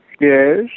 yes